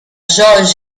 george